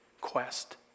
quest